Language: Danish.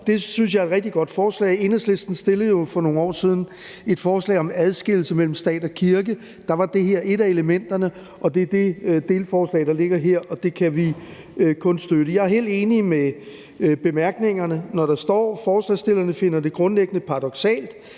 det synes jeg er et rigtig godt forslag. Enhedslisten fremsatte jo for nogle år siden et forslag om adskillelse mellem stat og kirke. Der var det her et af elementerne, og det er det delforslag, der ligger her, og det kan vi kun støtte. Jeg er helt enig i bemærkningerne, når der står: »Forslagsstillerne finder det grundlæggende paradoksalt,